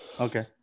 Okay